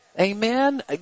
Amen